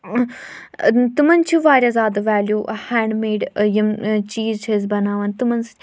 تِمَن چھِ واریاہ زیادٕ ویلیوٗ ہینٛڈ میڈ یِم چیٖز چھِ أسۍ بَناوان تِمَن سۭتۍ